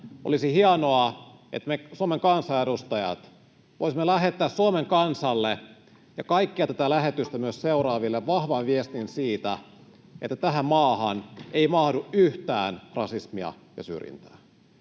olisi hienoa, että me Suomen kansanedustajat voisimme lähettää Suomen kansalle ja myös kaikille tätä lähetystä seuraaville vahvan viestin siitä, että tähän maahan ei mahdu yhtään rasismia ja syrjintää.